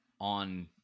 on